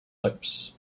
types